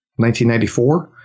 1994